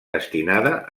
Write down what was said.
destinada